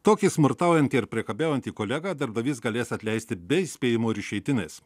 tokį smurtaujantį ar priekabiaujantį kolegą darbdavys galės atleisti be įspėjimo ir išeitinės